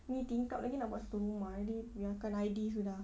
ini tingkap lagi nak buat satu rumah already yang kan I_D sudah